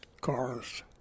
cars